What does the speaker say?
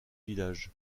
village